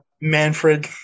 Manfred